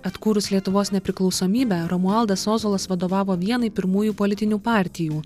atkūrus lietuvos nepriklausomybę romualdas ozolas vadovavo vienai pirmųjų politinių partijų